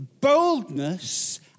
boldness